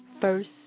first